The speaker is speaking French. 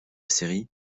série